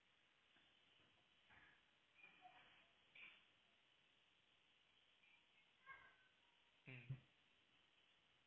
mmhmm